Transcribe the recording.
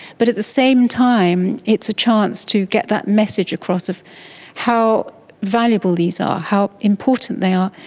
but at the same time it's a chance to get that message across of how valuable these are, how important they are,